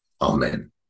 amen